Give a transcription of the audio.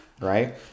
right